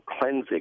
cleansing